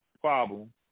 problem